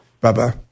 Bye-bye